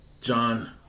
John